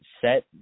set